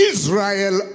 Israel